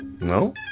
no